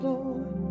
Lord